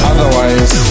Otherwise